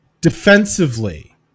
defensively